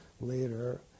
later